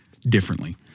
differently